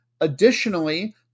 Additionally